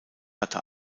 hatte